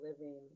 living